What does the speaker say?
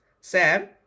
Sam